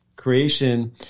Creation